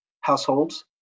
households